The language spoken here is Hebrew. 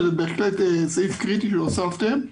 שהוא בהחלט סעיף קריטי שהוספתם,